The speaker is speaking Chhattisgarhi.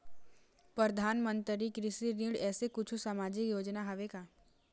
परधानमंतरी कृषि ऋण ऐसे कुछू सामाजिक योजना हावे का?